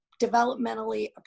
developmentally